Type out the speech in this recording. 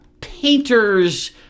painter's